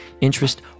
interest